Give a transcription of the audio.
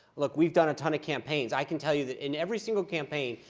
look, we've done a ton of campaigns. i can tell you that in every single campaign,